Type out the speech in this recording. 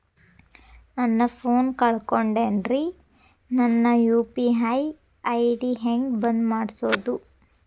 ನನ್ನ ಫೋನ್ ಕಳಕೊಂಡೆನ್ರೇ ನನ್ ಯು.ಪಿ.ಐ ಐ.ಡಿ ಹೆಂಗ್ ಬಂದ್ ಮಾಡ್ಸೋದು?